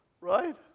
Right